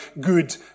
good